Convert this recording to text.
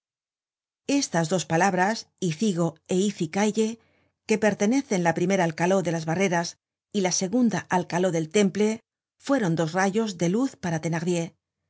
estas dos palabras icigo é icicaille que pertenecen la primera al caló de las barreras y la segunda al caló del temple fueron dos rayos de luz para thenardier en